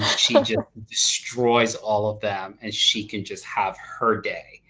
she just destroys all of them and she can just have her day.